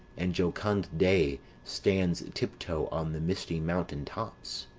and jocund day stands tiptoe on the misty mountain tops.